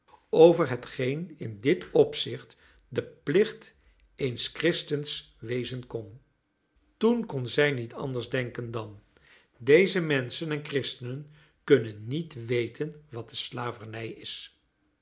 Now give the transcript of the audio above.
over hetgeen in dit opzicht de plicht eens christens wezen kon toen kon zij niet anders denken dan deze menschen en christenen kunnen niet weten wat de slavernij is